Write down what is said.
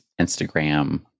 Instagram